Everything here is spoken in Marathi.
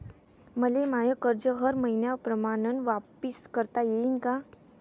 मले माय कर्ज हर मईन्याप्रमाणं वापिस करता येईन का?